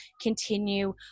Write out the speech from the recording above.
continue